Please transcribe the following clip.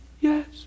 Yes